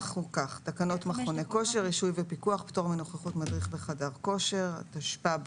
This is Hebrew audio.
תקנות מכוני כושר (רישוי ופיקוח) (פטור מנוכחות מדריך בחדר כושר) התשפ"ב